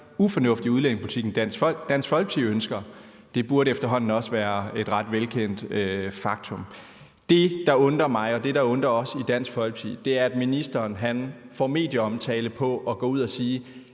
ufornuftig udlændingepolitik, end Dansk Folkeparti ønsker, burde efterhånden også være et ret velkendt faktum. Det, der undrer mig, og det, der undrer os i Dansk Folkeparti, er, at ministeren får medieomtale af at gå ud og sige,